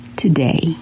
today